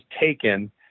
taken